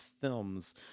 films